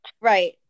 Right